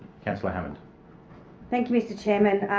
councillor hammond thank you, mr chairman.